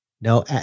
No